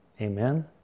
Amen